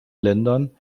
ländern